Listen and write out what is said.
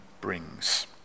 brings